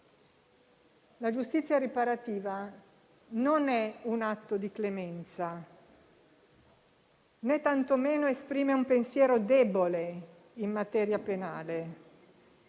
La giustizia riparativa non è un atto di clemenza, né tantomeno esprime un pensiero debole in materia penale;